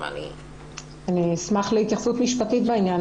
אני אשמח להתייחסות משפטית בעניין.